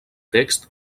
text